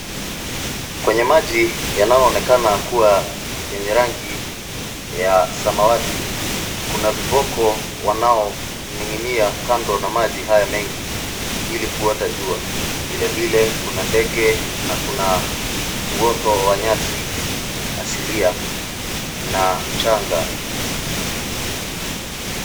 Kwenye maji yanayoonekana kuwa yenye rangi ya samawati kuna viboko wanaoning'nia kando na maji haya mengi ili kuota jua. Vile vile kuna ndege na kuna uoto wa nyasi asilia na mchanga.